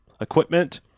equipment